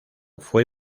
fue